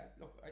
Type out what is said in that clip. look